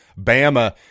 Bama